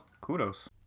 Kudos